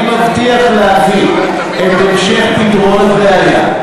אני מבטיח להביא את המשך פתרון הבעיה,